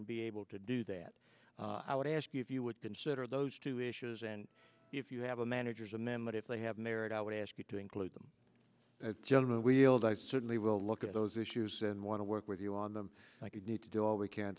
and be able to do that i would ask you if you would consider those two issues and if you have a manager's amendment if they have merit i would ask you to include them gentlemen we'll die certainly we'll look at those issues and want to work with you on them like you need to do all we can